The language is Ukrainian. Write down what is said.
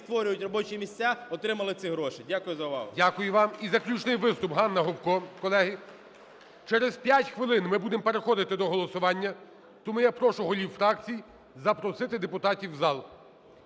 створюють робочі місця, отримали ці гроші. Дякую за увагу. ГОЛОВУЮЧИЙ. Дякую вам. І заключний виступ – Ганна Гопко. Колеги, через 5 хвилин ми будемо переходити до голосування, тому я прошу голів фракцій запросити депутатів в зал.